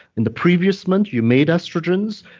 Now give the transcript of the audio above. in the previous month, you made estrogens,